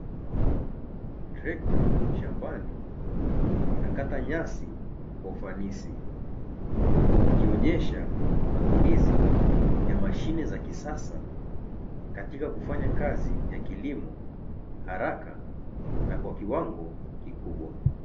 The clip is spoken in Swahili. Trekta shambani linakata nyasi kwa ufanisi, ikionyesha matumizi ya mashine za kisasa katika kufanya kazi ya kilimo, haraka na kwakiwango kikubwa.